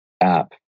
app